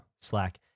Slack